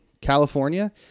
California